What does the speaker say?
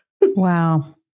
Wow